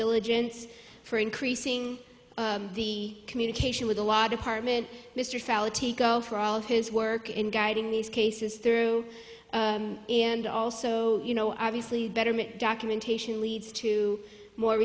diligence for increasing the communication with a lot apartment mr for all his work in guiding these cases through and also you know obviously betterment documentation leads to more